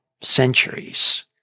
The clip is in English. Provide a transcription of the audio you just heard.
centuries